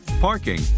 Parking